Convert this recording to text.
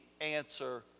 answer